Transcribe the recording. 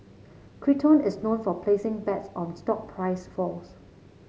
Citron is known for placing bets on stock price falls